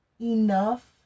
enough